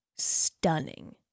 stunning